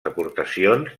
aportacions